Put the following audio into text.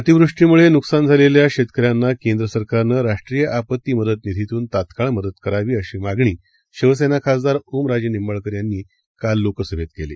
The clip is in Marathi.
अतिवृष्टीमुळे नुकसान झालेल्या शेतकऱ्यांना केंद्र सरकारनं राष्ट्रीय आपत्ती मदत निधीतून तात्काळ मदत करावी अशी मागणी शिवसेना खासदार ओमराजे निंबाळकर यांनी काल लोकसभेत केली